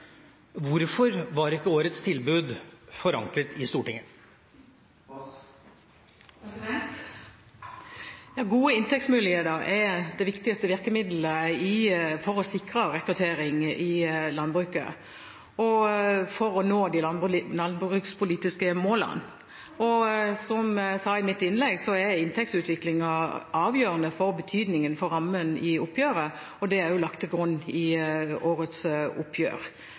Hvorfor var ikke årets tilbud forankret i Stortinget? Gode inntektsmuligheter er det viktigste virkemiddelet for å sikre rekruttering i landbruket og for å nå de landbrukspolitiske målene. Som jeg sa i mitt innlegg, er inntektsutviklingen avgjørende for betydningen for rammen i oppgjøret, og det er også lagt til grunn i årets oppgjør.